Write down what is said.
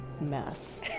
mess